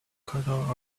color